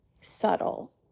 subtle